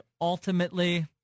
ultimately